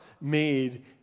made